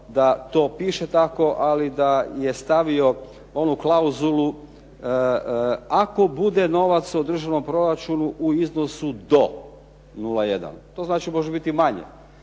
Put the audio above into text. da to piše tako, ali da je stavio onu klauzulu ako bude novac u državnom proračunu u iznosu do nula jedan. To znači može biti manje.